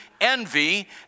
envy